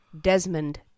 Desmond